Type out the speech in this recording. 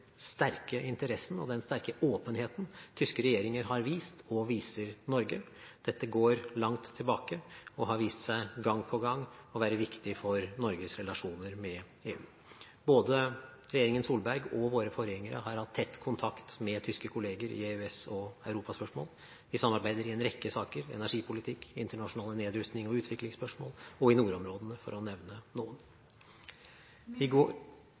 sterke interessen og den sterke åpenheten tyske regjeringer har vist og viser Norge. Dette går langt tilbake, og har gang på gang vist seg å være viktig for Norges relasjoner med EU. Både regjeringen Solberg og våre forgjengere har hatt tett kontakt med tyske kolleger i EØS- og europaspørsmål. Vi samarbeider i en rekke saker – energipolitikk, internasjonale nedrustnings- og utviklingsspørsmål og nordområdene, for å nevne noen. I går